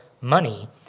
money